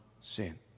sin